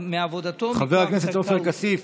חבר הכנסת עופר כסיף.